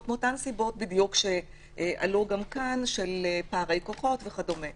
מאותן סיבות שעלו גם כאן של פערי כוחות וכדומה.